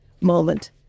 moment